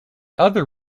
other